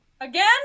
Again